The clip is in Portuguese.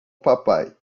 papai